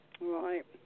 Right